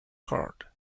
card